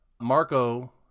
Marco